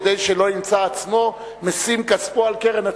כדי שלא ימצא עצמו משים כספו על קרן הצבי.